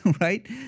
Right